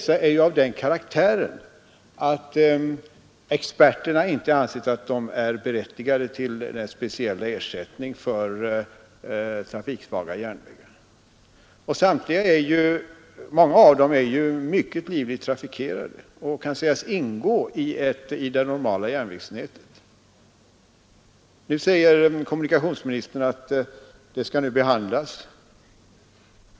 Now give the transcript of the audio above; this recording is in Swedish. Samtliga är av den karaktären att experterna inte har ansett att SJ i fråga om dem är berättigad till den speciella ersättningen för trafiksvaga järnvägar. Många av dem är mycket livligt trafikerade och kan sägas ingå i det normala järnvägsnätet. Nu säger kommunikationsministern att den frågan skall behandlas.